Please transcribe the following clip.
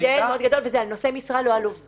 לגבי נושאי משרה, לא על עובדים.